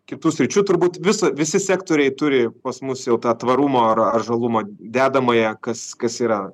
kitų sričių turbūt visa visi sektoriai turi pas mus jau tą tvarumo ar ar žalumo dedamąją kas kas yra